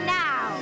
now